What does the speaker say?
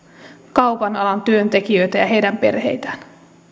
kaupan alan työntekijöitä ja heidän perheitään